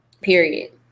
period